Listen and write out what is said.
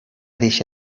deixa